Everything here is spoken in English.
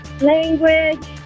language